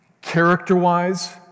Character-wise